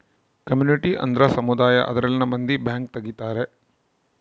community ಅಂದ್ರ ಸಮುದಾಯ ಅದರಲ್ಲಿನ ಮಂದಿ ಬ್ಯಾಂಕ್ ತಗಿತಾರೆ